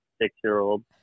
six-year-old